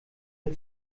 der